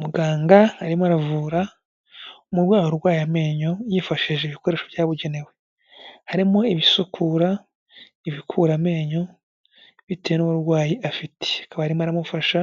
Muganga arimo aravura umurwayi urwaye amenyo yifashishije ibikoresho byabugenewe. Harimo ibisukura, ibikura amenyo bitewe n'uburwayi afite. Akaba arimo aramufasha